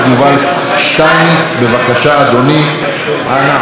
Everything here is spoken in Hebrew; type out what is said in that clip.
בבקשה, אדוני, אנא עלה להציג את החוק.